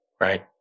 right